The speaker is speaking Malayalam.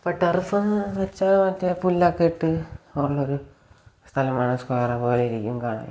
അപ്പം ടറഫെന്ന് വെച്ചാൽ മറ്റെ പുല്ലൊക്കെ ഇട്ട് ഉള്ള ഒരു സ്ഥലമാണ് സ്ക്വയർ പോലെ ഇരിക്കും കാണാൻ